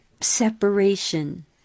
separation